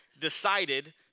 decided